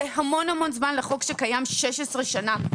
זה המון המון זמן לחוק שקיים כבר 16 שנים.